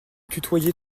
tutoyait